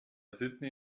sydney